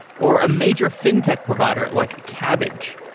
or a major fintech provider like kabbage,